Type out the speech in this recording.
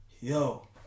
Yo